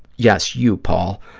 yes, you, paul.